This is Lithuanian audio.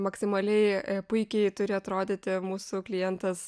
maksimaliai puikiai turi atrodyti mūsų klientas